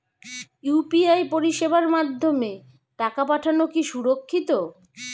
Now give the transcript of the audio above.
UPI পরিষেবার মাধ্যমে টাকা পাঠানো কি সুরক্ষিত?